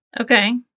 Okay